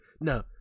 no